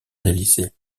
réalisé